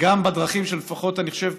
וגם בדרכים שלפחות אני חושב